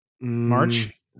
March